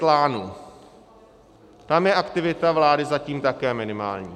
Tam je aktivita vlády zatím také minimální.